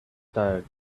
tired